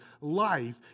life